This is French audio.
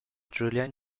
julian